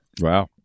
Wow